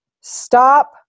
Stop